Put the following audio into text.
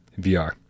vr